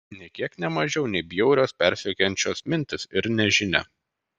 nė kiek ne mažiau nei bjaurios persekiojančios mintys ir nežinia